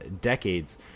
decades